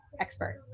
expert